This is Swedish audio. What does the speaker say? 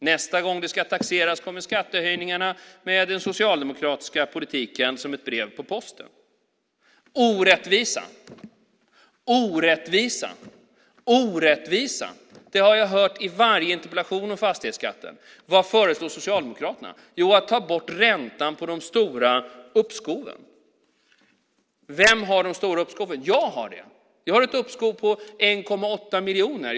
Nästa gång det ska taxeras kommer skattehöjningarna som ett brev på posten med den socialdemokratiska politiken. Jag har hört om orättvisan, orättvisan och orättvisan i varje interpellationsdebatt om fastighetsskatten. Vad föreslår Socialdemokraterna? Jo, att man ska ta bort räntan på de stora uppskoven. Vilka har de stora uppskoven? Jag har det. Jag har ett uppskov på 1,8 miljoner.